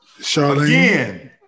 Charlene